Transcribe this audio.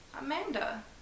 Amanda